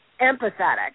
Empathetic